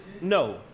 no